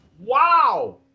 wow